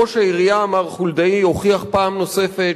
ראש העירייה מר חולדאי הוכיח פעם נוספת